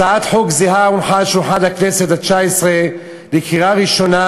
הצעת חוק זהה הונחה על שולחן הכנסת התשע-עשרה לקריאה ראשונה